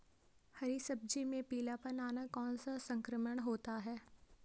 हरी सब्जी में पीलापन आना कौन सा संक्रमण होता है?